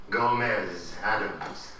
Gomez-Adams